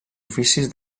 oficis